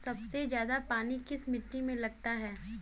सबसे ज्यादा पानी किस मिट्टी में लगता है?